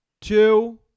Two